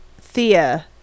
Thea